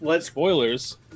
spoilers